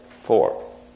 four